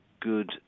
good